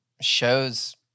shows